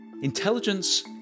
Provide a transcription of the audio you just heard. Intelligence